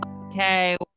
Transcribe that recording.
Okay